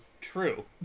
true